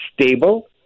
stable